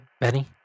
Benny